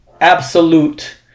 absolute